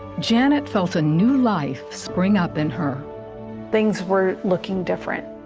janet felt a new life spring up in her things were looking different.